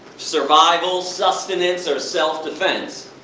survival, sustenance or self-defense.